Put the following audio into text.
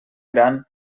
gran